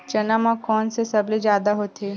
चना म कोन से सबले जादा होथे?